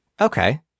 Okay